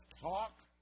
talk